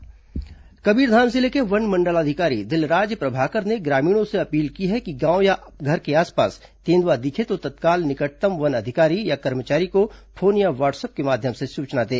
one अधिकारी appeal Kabirdham जिले के वन मंडलाधिकारी दिलराज प्रभाकर ने ग्रामीणों से अपील की है कि गांव या घर के आसपास तेंद्रआ दिखे तो तत्काल निकटतम वन अधिकारी या कर्मचारी को फोन या व्हाट्सअप के माध्यम से सूचना दें